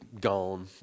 gone